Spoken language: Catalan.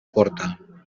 porta